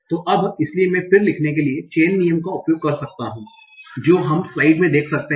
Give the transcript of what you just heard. तो अब इसलिए मैं फिर लिखने के लिए चेन नियम का उपयोग कर सकता हूं जो हम स्लाइड में देख सकते हैं